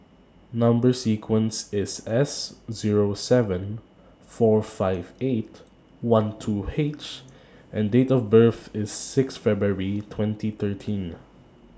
Number sequence IS S zeeo seven four five eight one two H and Date of birth IS six February twenty thirteen